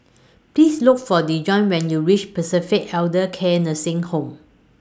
Please Look For Dejon when YOU REACH Pacific Elder Care Nursing Home